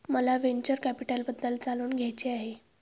मला व्हेंचर कॅपिटलबद्दल जाणून घ्यायचे आहे